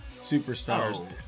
superstars